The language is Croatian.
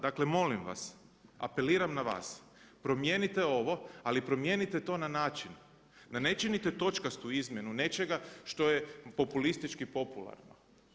Dakle molim vas, apeliram na vas, promijenite ovo ali promijenite to na način da ne činite točkastu izmjenu nečega što je populistički popularno.